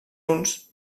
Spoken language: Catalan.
uns